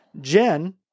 Jen